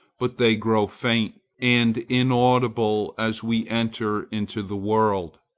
but they grow faint and inaudible as we enter into the world.